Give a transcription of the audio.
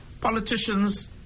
politicians